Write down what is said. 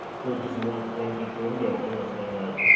this is one one teacher, one building. it saying that